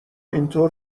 اینطور